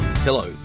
Hello